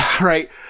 right